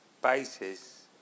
Basis